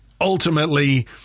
ultimately